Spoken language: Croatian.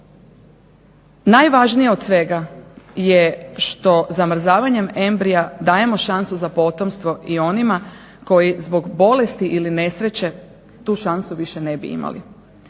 Najvažnije od svega što zamrzavanjem embrija dajemo šansu za potomstvo i onima koji zbog bolesti ili nesreće tu šansu više ne bi imali.